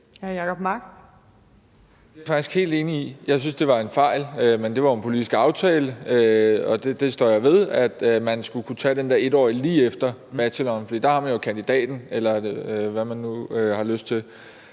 er jeg faktisk helt enig i. Jeg synes, det var en fejl – men det var jo en politisk aftale, og den står jeg ved – at man skulle kunne tage den der 1-årige uddannelse lige efter bacheloren, for der har man jo kandidaten, eller hvad man nu har lyst til.